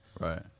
Right